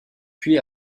puis